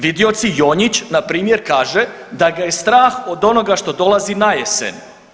Vidioc Jonjić, npr. kaže da ga je strah od onoga što dolazi najesen.